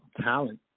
talent